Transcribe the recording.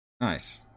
Nice